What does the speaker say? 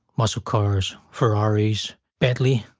muscle cars, ferrari's, bentley.